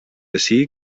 ací